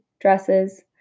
Dresses